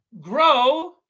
grow